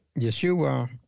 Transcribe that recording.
Yeshua